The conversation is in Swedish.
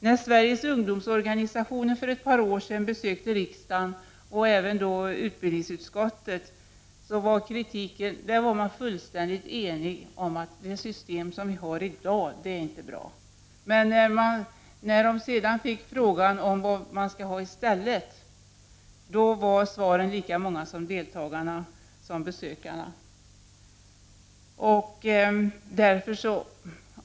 När Sveriges ungdomsorganisationer för ett par år sedan besökte riksdagen och även utbildningsutskottet var de fullständigt eniga om att det system som finns i dag inte är bra, men när de sedan fick frågan vad man skall ha i stället var svaren lika många som besökarna.